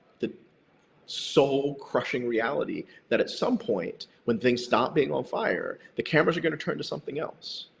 the soul-crushing reality that at some point, when things stop being on fire, the cameras are going to turn to something else.